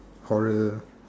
horror